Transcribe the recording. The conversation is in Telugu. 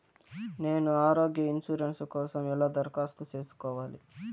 నేను ఆరోగ్య ఇన్సూరెన్సు కోసం ఎలా దరఖాస్తు సేసుకోవాలి